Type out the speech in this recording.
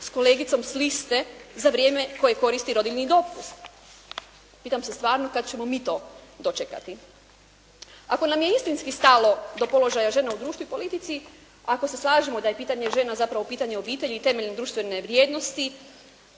s kolegicom s liste za vrijeme koji koristi rodiljni dopust. Pitam se stvarno kad ćemo mi to dočekati? Ako nam je istinski stalo do položaja žena u društvu i politici, ako se slažemo da je pitanje žena zapravo pitanje obitelji i temeljne društvene vrijednosti,